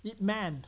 I_P man